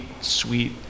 sweet